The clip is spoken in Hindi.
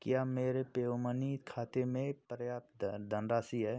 क्या मेरे पेयू मनी खाते में पर्याप्त धनराशि है